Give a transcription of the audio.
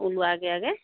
ওলোৱা আগে আগে